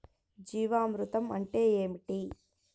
జీవామృతం అంటే ఏమిటి?